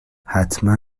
حتما